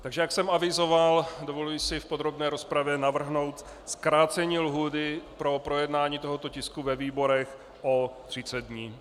Jak jsem avizoval, dovoluji si v podrobné rozpravě navrhnout zkrácení lhůty pro projednání tohoto tisku ve výborech o 30 dní.